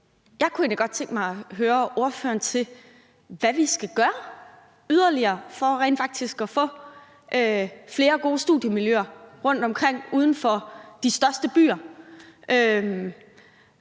egentlig godt tænke mig at høre ordføreren om, hvad vi skal gøre yderligere for rent faktisk at få flere gode studiemiljøer rundtomkring uden for de største byer.